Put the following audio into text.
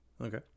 Okay